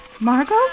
Margot